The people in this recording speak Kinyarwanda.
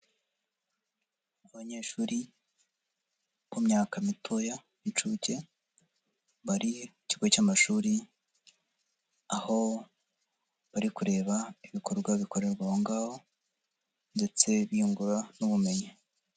Abanyeshuri ku myaka mitoya n'incuke bari mu kigo cy'amashuri, aho bari kureba ibikorwa bikorerwa ngaho, ndetse biyungura n'ubumenyi.